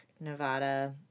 Nevada